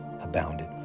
abounded